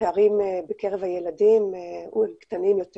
הפערים בקרב הילדים הם קטנים יותר